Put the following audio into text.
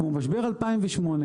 כמו משבר 2008,